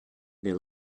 they